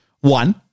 one